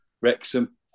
Wrexham